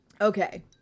Okay